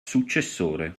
successore